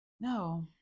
no